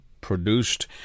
produced